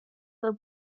del